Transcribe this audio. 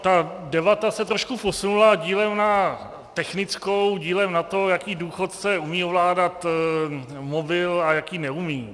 Ta debata se trošku posunula, dílem na technickou, dílem na to, jaký důchodce umí ovládat mobil a jaký neumí.